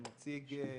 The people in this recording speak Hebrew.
ואני נציג מוביל